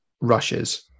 rushes